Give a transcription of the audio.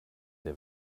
der